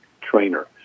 trainer